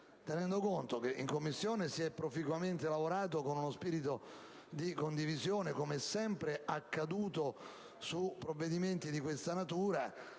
tenendo conto che in Commissione si è proficuamente lavorato con spirito di condivisione, come è sempre accaduto su provvedimenti di questa natura,